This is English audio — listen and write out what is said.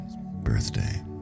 birthday